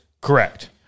correct